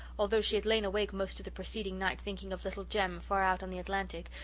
although she had lain awake most of the preceding night thinking of little jem far out on the atlantic,